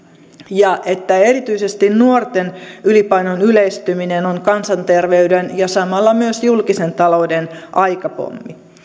ja että erityisesti nuorten ylipainon yleistyminen on kansanterveyden ja samalla myös julkisen talouden aikapommi